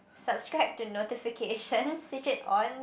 subscribe to notifications switch it on